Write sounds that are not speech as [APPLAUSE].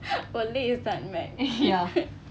[BREATH] ole is nutmeg [LAUGHS]